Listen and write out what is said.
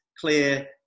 clear